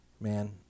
man